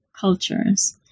cultures